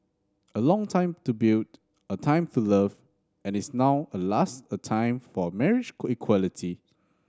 a long time to build a time to love and is now at last a time for marriage equality